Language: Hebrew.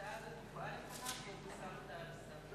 שההצעה הזאת הובאה לפניו והוא פסל אותה על הסף.